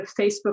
Facebook